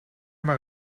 maar